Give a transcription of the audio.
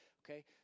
okay